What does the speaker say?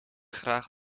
graag